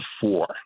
four